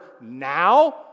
now